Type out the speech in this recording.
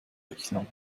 rechnen